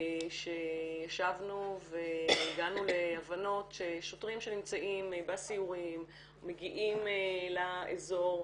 שישבנו והגענו להבנות ששוטרים שנמצאים בסיורים מגיעים לאזור,